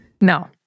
No